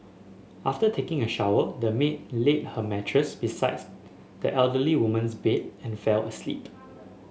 after taking a shower the maid laid her mattress beside the elderly woman's bed and fell asleep